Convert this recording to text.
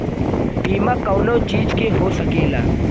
बीमा कउनो चीज के हो सकेला